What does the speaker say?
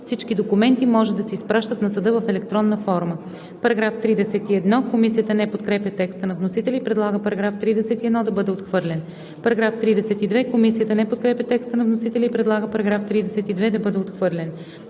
„Всички документи може да се изпращат на съда в електронна форма.“ Комисията не подкрепя текста на вносителя и предлага § 31 да бъде отхвърлен. Комисията не подкрепя текста на вносителя и предлага § 32 да бъде отхвърлен.